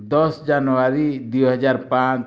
ଦଶ ଜାନୁଆରୀ ଦୁଇ ହଜାର ପାଞ୍ଚ